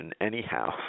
anyhow